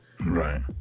Right